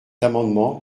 amendement